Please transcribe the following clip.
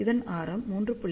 இதன் ஆரம் 3